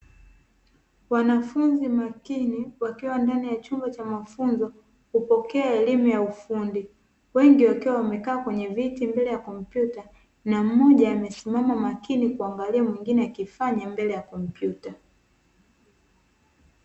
Wanafunzi makini wakiwa ndani ya chumba cha mafunzo, kupokea elimu ya ufundi, wengi wakiwa wamekaa kwenye viti mbele ya kompyuta. Na mmoja amesimama makini kuangalia mwingine akifanya mbele ya kompyuta.